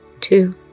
two